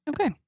Okay